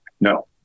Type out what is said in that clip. No